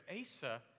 Asa